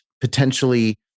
potentially